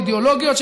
אידיאולוגיות,